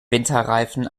winterreifen